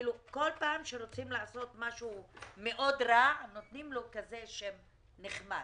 כל פעם שרוצים לעשות משהו מאוד רע נותנים לו כזה שם נחמד,